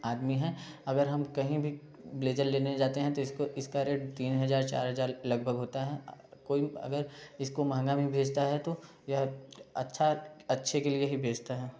आदमी है अगर हम कहीं भी ब्लेज़र लेने जाते हैं तो इसको इसका रेट तीन हजार चार हजार लगभग होता है कोई अगर इसको महंगा में भी बेचता है तो यह अच्छा अच्छे के लिए ही बेचता है